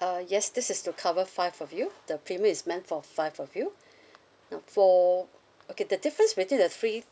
uh yes this is to cover five of you the premium is meant for five of you now for okay the difference between the three